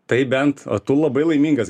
tai bent o tu labai laimingas